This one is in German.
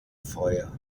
feuer